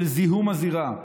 של זיהום הזירה,